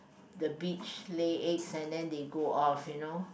the beach lay eggs and then they go off you know